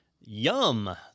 Yum